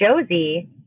Josie